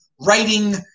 writing